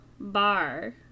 Bar